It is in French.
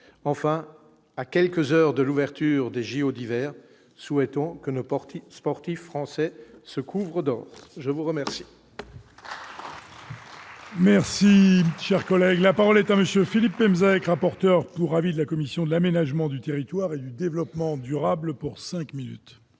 enfin, à quelques heures de l'ouverture des JO d'hiver, souhaitons que nos portiques sportifs français se couvre d'or, je vous remercie.